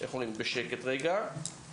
אנחנו רואים איך תשלומי העברה ומיסים מחלצים מעוני,